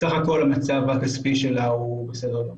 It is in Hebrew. בסך הכול המצב הכספי שלה הוא בסדר גמור